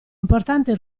importante